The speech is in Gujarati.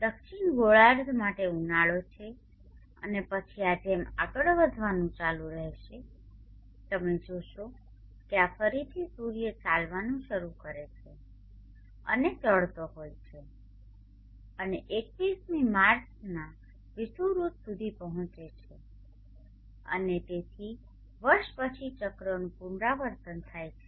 દક્ષિણ ગોળાર્ધ માટે ઉનાળો છે અને પછી આ જેમ આગળ વધવાનું ચાલુ રહેશે તમે જોશો કે આ ફરીથી સૂર્ય ચાલવાનું શરૂ કરે છે અને ચડતો હોય છે અને 21 મી માર્ચના વિષુવવૃત્ત સુધી પહોંચે છે અને તેથી વર્ષ પછી ચક્રનું પુનરાવર્તન થાય છે